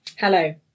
Hello